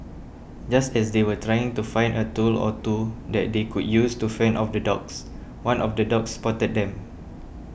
just as they were trying to find a tool or two that they could use to fend off the dogs one of the dogs spotted them